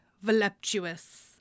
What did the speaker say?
voluptuous